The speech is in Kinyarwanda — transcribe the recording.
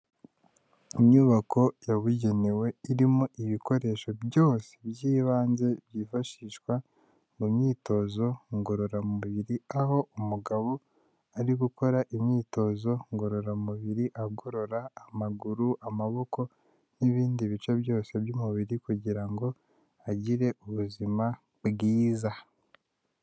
Inyubako yabugenewe irimo ibikoresho byose by'ibanze byifashishwa mu myitozo ngororamubiri, aho umugabo ari gukora imyitozo ngororamubiri agorora amaguru, amaboko n'ibindi bice byose by'umubiri, kugira ngo agire ubuzima bwiza.